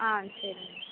ஆ சரி மேம்